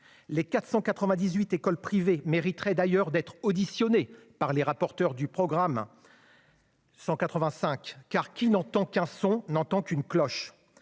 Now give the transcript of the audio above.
Les 498 écoles privées mériteraient d'ailleurs d'être auditionnées par les rapporteurs du programme 185. En effet, qui n'entend qu'une cloche